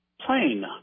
plain